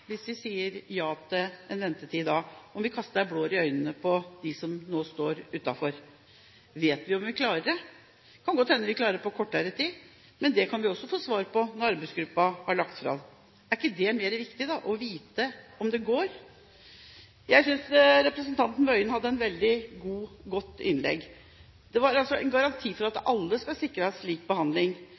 hvis vi sier ja til en ventetid i dag, om vi kaster blår i øynene på dem som nå står utenfor? Vet vi om vi klarer det? Det kan godt hende vi klarer det på kortere tid, men det kan vi også få svar på når arbeidsgruppen har lagt fram sin anbefaling. Er det ikke mer riktig å vite om det går? Jeg synes representanten Tingelstad Wøien hadde et veldig godt innlegg. Det handler om en garanti for at alle skal sikres lik behandling.